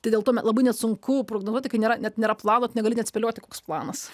tai dėl to me labai nesunku prognozuoti kai nėra net nėra plano negali net spėlioti koks planas